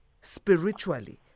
spiritually